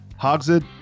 Hogshead